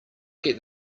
get